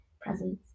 presents